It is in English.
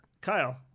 kyle